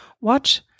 Watch